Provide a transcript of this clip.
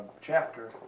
chapter